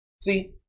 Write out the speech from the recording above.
See